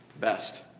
Best